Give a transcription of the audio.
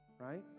right